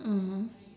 mmhmm